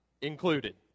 included